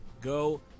go